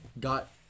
got